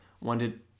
wanted